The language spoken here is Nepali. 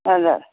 हजुर